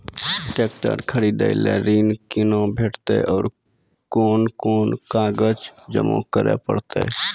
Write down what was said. Tractor खरीदै लेल ऋण कुना भेंटते और कुन कुन कागजात जमा करै परतै?